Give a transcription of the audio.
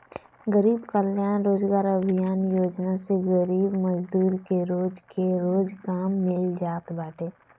गरीब कल्याण रोजगार अभियान योजना से गरीब मजदूर के रोज के रोज काम मिल जात बाटे